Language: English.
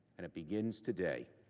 and it begins today.